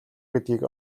гэдгийг